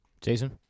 Jason